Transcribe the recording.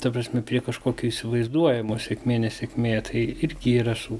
ta prasme prie kažkokio įsivaizduojamo sėkmė nesėkmė tai irgi yra su